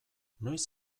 noiz